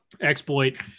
exploit